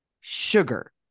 Sugar